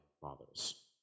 fathers